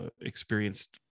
experienced